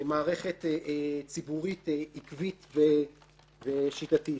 מערכת ציבורית עקבית ושיטתית.